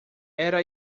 era